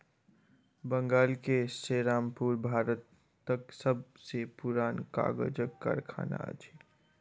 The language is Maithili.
बंगाल के सेरामपुर भारतक सब सॅ पुरान कागजक कारखाना अछि